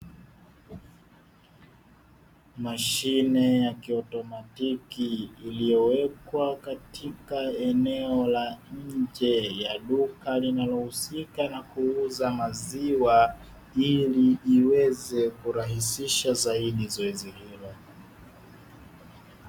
Mashine ya kiautomatiki iliyowekwa katika eneo la nje ya duka linalohusika na kuuza maziwa, ili iweze kurahisisha zaidi zoezi hilo.